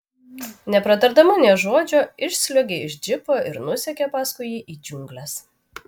nepratardama nė žodžio išsliuogė iš džipo ir nusekė paskui jį į džiungles